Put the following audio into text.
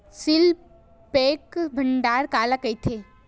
Seal pack भंडारण काला कइथे?